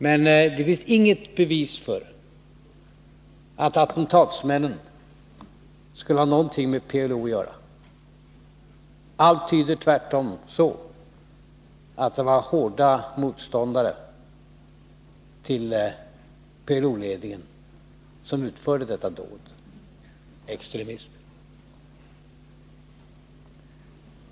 Men det finns inget bevis för att attentatsmännen skulle ha någonting med PLO att göra. Allt tyder tvärtom på att det var hårda motståndare till PLO-ledningen, extremister, som utförde detta dåd.